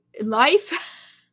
life